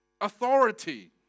Authority